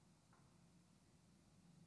בסדר.